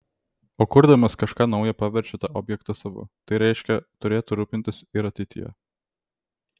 o kurdamas kažką nauja paverčia tą objektą savu tai reiškia turėtų rūpintis ir ateityje